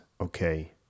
okay